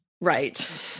right